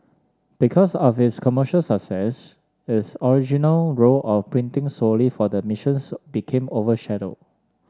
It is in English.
because of its commercial success its original role of printing solely for the missions became overshadowed